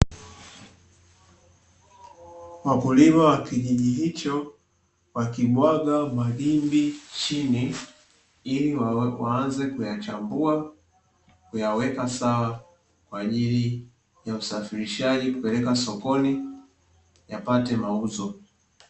Wakulima wa kijiji hicho, wakimwaga magimbi chini ili waanze kuyachambua, kuyaweka sawa kwa ajili ya usafirishaji kupeleka sokoni yapate mauzo.